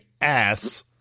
ass